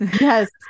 Yes